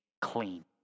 clean